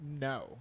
no